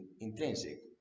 intrinsic